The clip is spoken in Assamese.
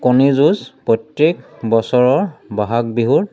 কণী যুঁজ প্ৰত্যেক বছৰৰ বহাগ বিহুৰ